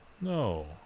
no